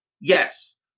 yes